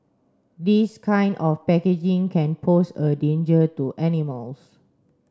this kind of packaging can pose a danger to animals